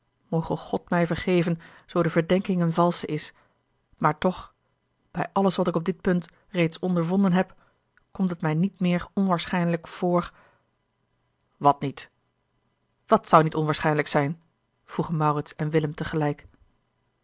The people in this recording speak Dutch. moge god mij vergeven zoo de verdenking eene valsche is maar toch bij alles wat ik op dit punt reeds ondervonden heb komt het mij niet meer onwaarschijnlijk voor wat niet wat zou niet onwaarschijnlijk zijn vroegen maurits en willem tegelijk